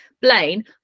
Blaine